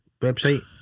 website